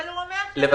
אבל הוא אומר לא.